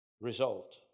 Result